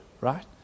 right